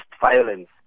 violence